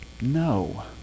no